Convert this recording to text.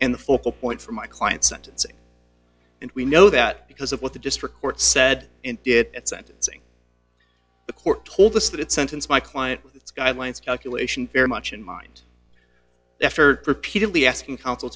and the focal point for my client sentencing and we know that because of what the district court said it did at sentencing the court told us that it sentence my client guidelines calculation very much in mind after repeatedly asking couns